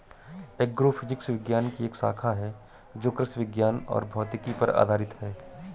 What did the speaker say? agrophysics विज्ञान की एक शाखा है जो कृषि विज्ञान और भौतिकी पर आधारित है